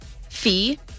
fee